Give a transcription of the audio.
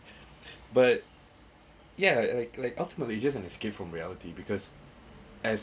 but yeah like like like ultimately you just an escape from reality because as